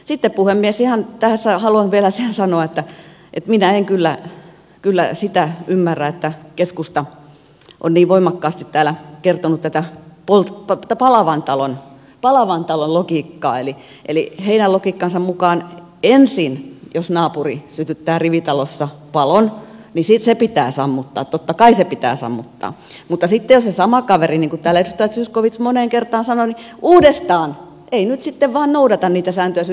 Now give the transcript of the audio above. sitten puhemies tässä haluan vielä sen sanoa että minä en kyllä sitä ymmärrä että keskusta on niin voimakkaasti täällä kertonut tätä palavan talon logiikkaa eli heidän logiikkansa mukaan ensin jos naapuri sytyttää rivitalossa palon se pitää sammuttaa totta kai se pitää sammuttaa mutta sitten jos se sama kaveri niin kuin täällä edustaja zyskowicz moneen kertaan sanoi ei nyt sitten vaan noudata niitä sääntöjä uudestaan sytyttää palon